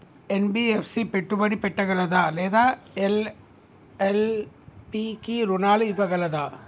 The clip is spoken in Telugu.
ఎన్.బి.ఎఫ్.సి పెట్టుబడి పెట్టగలదా లేదా ఎల్.ఎల్.పి కి రుణాలు ఇవ్వగలదా?